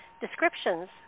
descriptions